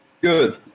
Good